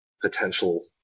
potential